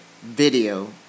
video